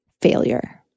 failure